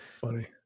funny